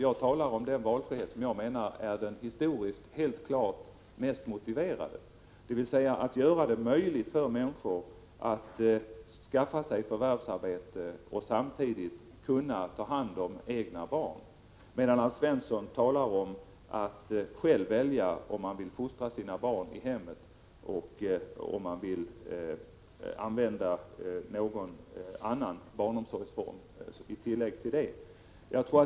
Jag talar om den valfrihet som jag menar är den historiskt klart mest motiverade, dvs. att göra det möjligt för människor att skaffa sig förvärvsarbete och samtidigt kunna ta hand om egna barn, medan Alf Svensson talar om möjligheten att själv välja om man vill fostra sina barn i hemmet eller använda någon annan barnomsorgsform i kombination med det.